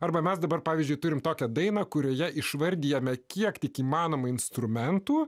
arba mes dabar pavyzdžiui turime tokią dainą kurioje išvardijome kiek tik įmanoma instrumentų